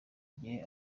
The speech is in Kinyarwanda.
igihe